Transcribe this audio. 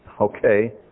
okay